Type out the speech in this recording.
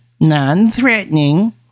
non-threatening